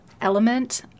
element